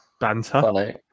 Banter